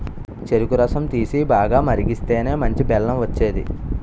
చెరుకు రసం తీసి, బాగా మరిగిస్తేనే మంచి బెల్లం వచ్చేది